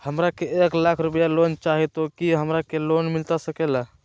हमरा के एक लाख रुपए लोन चाही तो की हमरा के लोन मिलता सकेला?